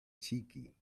cheeky